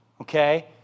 okay